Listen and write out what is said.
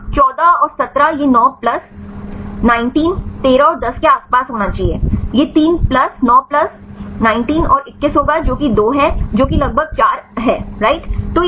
तो 14 और 17 यह 9 प्लस 19 13 और 10 के आसपास होना चाहिए यह 3 प्लस 9 प्लस 19 और 21 होगा जो कि 2 है जो कि लगभग 4 अधिकार है